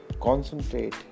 concentrate